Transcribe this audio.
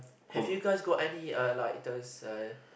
have you guys go any uh like those uh